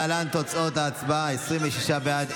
להלן תוצאות ההצבעה: 26 בעד,